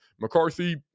McCarthy